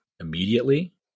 immediately